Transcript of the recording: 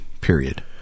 period